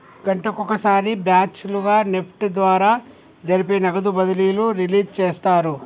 గంటకొక సారి బ్యాచ్ లుగా నెఫ్ట్ ద్వారా జరిపే నగదు బదిలీలు రిలీజ్ చేస్తారు